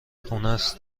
خونست